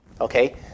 Okay